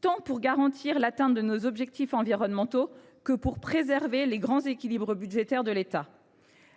tant pour garantir l’atteinte des objectifs environnementaux que pour préserver les grands équilibres budgétaires de l’État.